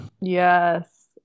Yes